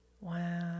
Wow